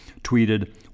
tweeted